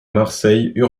marseille